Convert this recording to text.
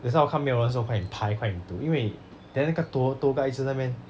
that's why 我看没有人的时候我快点拍快点读因为 then 那个 tou~ tour guide 一直在那边